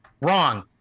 Wrong